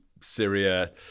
Syria